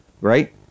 right